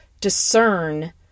discern